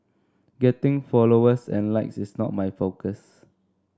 getting followers and likes is not my focus